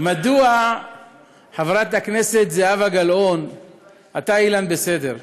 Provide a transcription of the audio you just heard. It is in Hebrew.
מדוע חברת הכנסת זהבה גלאון, אתה, אילן, בסדר.